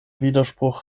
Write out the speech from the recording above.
widerspruch